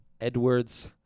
Edwards